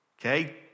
Okay